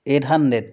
eight hundred